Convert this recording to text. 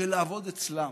לעבוד אצלם.